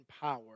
power